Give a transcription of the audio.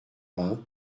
vingt